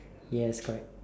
yes correct